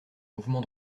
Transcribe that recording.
mouvement